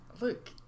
Look